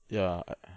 ya I eh